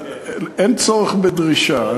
אין צורך בדרישה.